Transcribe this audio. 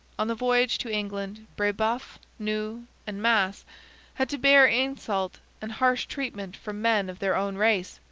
on the voyage to england brebeuf, noue, and masse had to bear insult and harsh treatment from men of their own race,